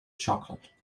chocolate